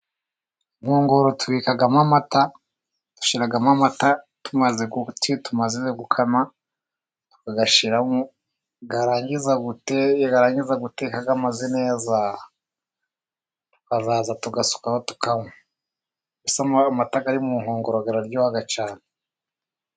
Inkongoro tubikamo amata, dushyiramo amata tumaze gukama, tukayashyiramo, yarangiza guteka ameze neza, tukazaza tugasukaho tukanywa, gusa amata ari mu nkongoro araryoga cyane.